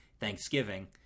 Thanksgiving